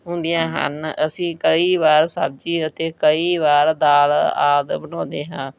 ਹੁੰਦੀਆਂ ਹਨ ਅਸੀਂ ਕਈ ਵਾਰ ਸਬਜ਼ੀ ਅਤੇ ਕਈ ਵਾਰ ਦਾਲ ਆਦਿ ਬਣਾਉਂਦੇ ਹਾਂ